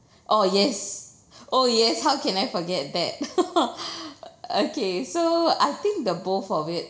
oh yes oh yes how can I forget that okay so I think the both of it